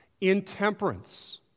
intemperance